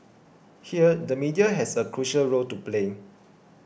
here the media has a crucial role to play